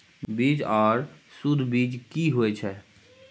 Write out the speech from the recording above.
बीज आर सुध बीज की होय छै?